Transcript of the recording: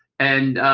and,